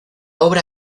obra